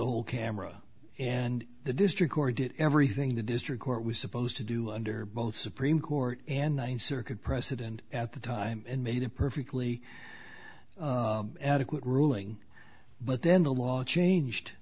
whole camera and the district or did everything the district court was supposed to do under both supreme court and one circuit precedent at the time and made it perfectly adequate ruling but then the law changed